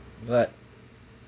but